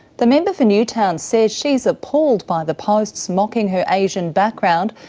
the member for newtown says she's appalled by the posts mocking her asian background,